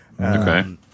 Okay